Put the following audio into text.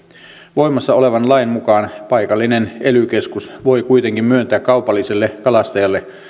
voimassa olevan lain mukaan paikallinen ely keskus voi kuitenkin myöntää kaupalliselle kalastajalle